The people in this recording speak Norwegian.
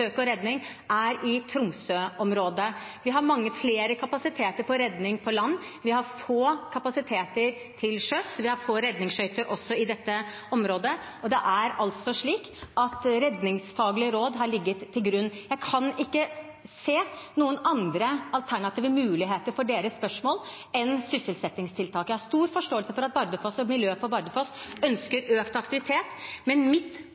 søk og redning er i Tromsø-området. Vi har mange flere kapasiteter for redning på land. Vi har få kapasiteter for redning til sjøs, vi har også få redningsskøyter i dette området. Det er altså slik at redningsfaglige råd har ligget til grunn. Jeg kan ikke se noen andre alternative muligheter for representantens spørsmål enn sysselsettingstiltak. Jeg har stor forståelse for at Bardufoss og miljøet på Bardufoss ønsker økt aktivitet, men mitt